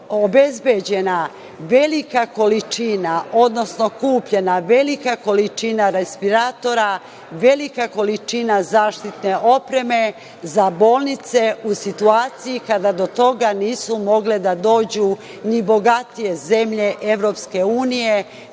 obezbeđena velika količina, odnosno kupljena velika količina respiratora, velika količina zaštitne opreme za bolnice u situaciji kada do toga nisu mogle da dođu ni bogatije zemlje EU nepitajući